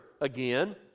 again